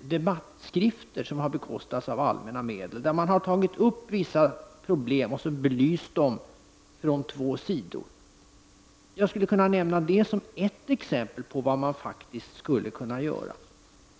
debattskrifter som bekostats av allmänna medel, där man har tagit upp vissa problem och belyst dem från två sidor. Jag skulle kunna nämna det som ett exempel på vad man faktiskt skulle kunna göra.